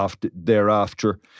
thereafter